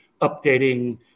updating